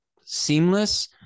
seamless